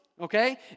okay